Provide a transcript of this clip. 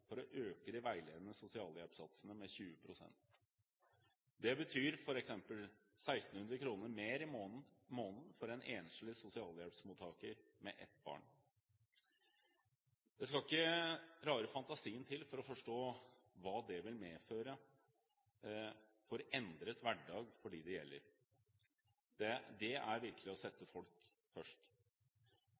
for å øke de veiledende sosialhjelpssatsene med 20 pst. Det betyr f.eks. 1 600 kr mer i måneden for en enslig sosialhjelpsmottaker med ett barn. Det skal ikke rare fantasien til for å forstå hva det vil medføre når det gjelder endret hverdag for dem det gjelder. Det er virkelig å sette folk først.